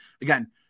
again